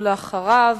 ואחריו,